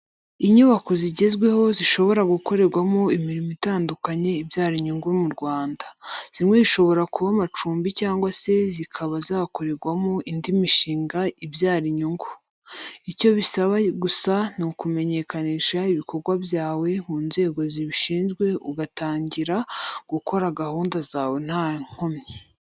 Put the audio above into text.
Inyubako zigezweho zishobora gukorerwamo imirimo itandukanye ibyara inyungu mu Rwanda. Zimwe zishobora kuba amacumbi cyangwa se zikaba zakorerwamo indi mishinga ibyara inyungu. Icyo bisaba gusa ni ukumenyekanisha ibikorwa byawe mu nzego zibishinzwe ugatangira gukora gahunda zawe nta nkomyi.